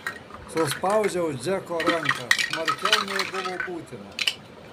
suspaudžiau džeko ranką smarkiau nei buvo būtina